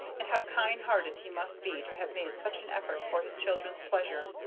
and how kind-hearted he must be to have made such an effort for his children's pleasure.